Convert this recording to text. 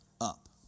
up